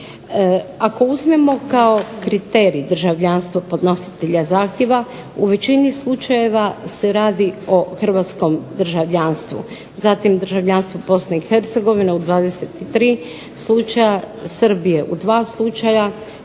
Ako uzmemo kao kriterij državljanstvo podnositelja zahtjeva, u većini slučajeva se radi o Hrvatskom državljanstvu, zatim o državljanstvu Bosne i Hercegovine u 23 slučaja, Srbije u 2 slučaja,